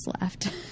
left